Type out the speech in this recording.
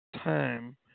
time